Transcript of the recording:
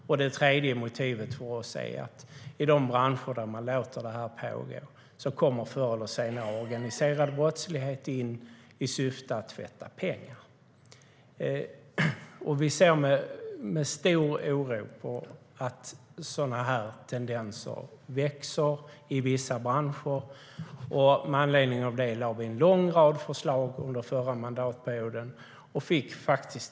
Ett tredje motiv var för oss att i de branscher som låter det här pågå kommer organiserad brottslighet förr eller senare in i syfte att tvätta pengar. Vi ser med stor oro att sådana tendenser växer i vissa branscher. Med anledning av det lade vi under förra mandatperioden fram en lång rad förslag.